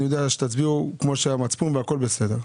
אני יודע שתצביעו כמו המצפון והכול בסדר.